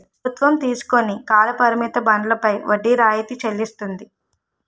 ప్రభుత్వం తీసుకుని కాల పరిమిత బండ్లపై వడ్డీ రాయితీ చెల్లిస్తుంది